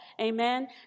Amen